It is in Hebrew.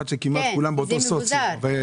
שכמעט כולם בו באותו סוציו-אקונומי.